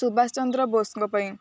ସୁବାଷ ଚନ୍ଦ୍ର ବୋସଙ୍କ ପାଇଁ